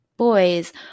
boys